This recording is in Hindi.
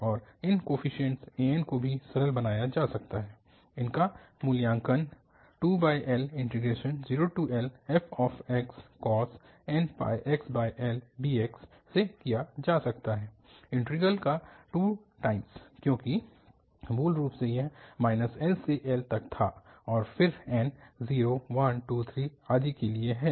और इन कोफीशिएंट्स an को भी सरल बनाया जा सकता है इनका मूल्यांकन 2L0Lfxcos nπxL dx से किया जा सकता है इन्टीग्रल का 2 टाइम्स क्योंकि मूल रूप से यह L से L तक था और फिर n 0 1 2 आदि के लिए है